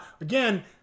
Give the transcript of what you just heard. again